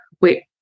wait